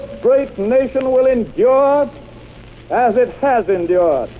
but nation will endure as it has endured,